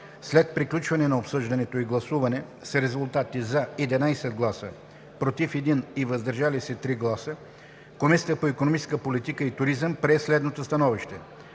След приключване на обсъждането и гласуване с резултати: „за“ – 11 гласа, „против“ – 1 глас и „въздържал се“ – 3 гласа Комисията по икономическа политика и туризъм прие следното СТАНОВИЩЕ: